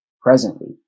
presently